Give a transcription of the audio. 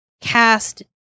cast